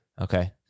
Okay